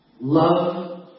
Love